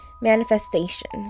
manifestation